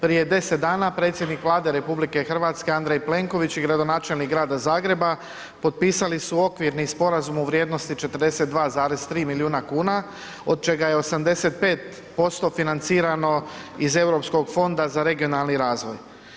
Prije 10 dana predsjednik Vlade RH, Andrej Plenković i gradonačelnik Grada Zagreba potpisali su okvirni sporazum u vrijednosti 42,3 milijuna kuna, od čega je 85% financirano iz EU fonda za regionalni razvoj.